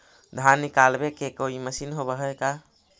धान निकालबे के कोई मशीन होब है का?